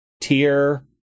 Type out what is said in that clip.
tier